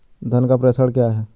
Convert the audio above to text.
धन का प्रेषण क्या है?